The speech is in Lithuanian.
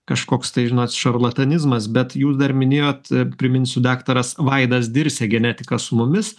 kažkoks tai žinot šarlatanizmas bet jūs dar minėjot priminsiu daktaras vaidas dirsė genetika su mumis